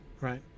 right